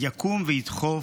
יקום וידחוף,